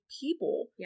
people